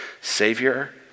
Savior